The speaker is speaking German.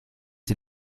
die